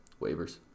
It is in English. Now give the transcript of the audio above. waivers